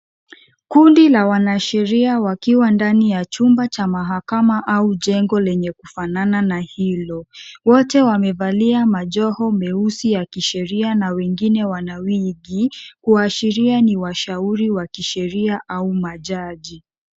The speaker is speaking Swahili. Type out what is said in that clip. Kundi la wanasheria wakiwa ndani ya chumba cha mahakama au jengo lenye kufanana na hilo. Wote wamevalia majoho meusi ya kisheria na wengine wana wigi kuashiria ni washauri wa kisheria au majaji.